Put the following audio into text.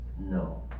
No